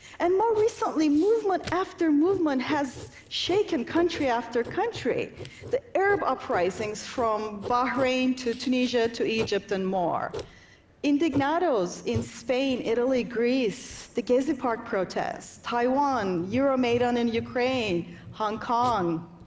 and more recently, movement after movement has shaken country after country the arab uprisings from bahrain to tunisia to egypt and more indignados in spain, italy, greece the gezi park protests taiwan euromaidan in ukraine hong kong.